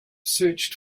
searched